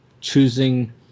choosing